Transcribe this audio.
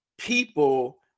people